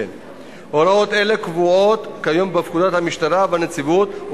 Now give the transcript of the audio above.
הוראות אלה קבועות כיום בפקודות המשטרה והנציבות,